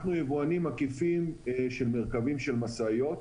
אנחנו יבואנים עקיפים של מרכבים של משאיות,